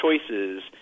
choices